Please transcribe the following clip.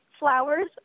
flowers